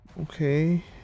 okay